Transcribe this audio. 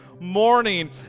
morning